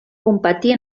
competir